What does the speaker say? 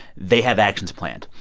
they have actions planned.